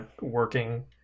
working